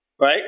right